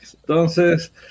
Entonces